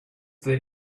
they